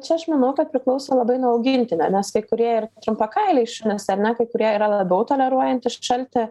čia aš manau kad priklauso labai nuo augintinio nes kai kurie ir trumpakailiai šunys ar ne kai kurie yra labiau toleruojantys šaltį